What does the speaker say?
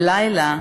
בלילה